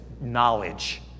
knowledge